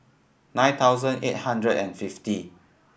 nine thousand eight hundred and fifty